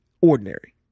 ordinary